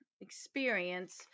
experience